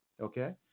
Okay